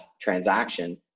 transaction